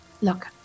Look